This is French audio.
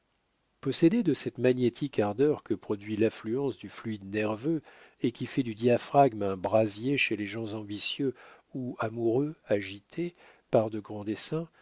possédé de cette magnétique ardeur que produit l'affluence du fluide nerveux et qui fait du diaphragme un brasier chez les gens ambitieux ou amoureux agités par des grands desseins